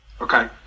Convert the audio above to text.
Okay